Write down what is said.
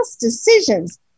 decisions